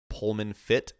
PullmanFit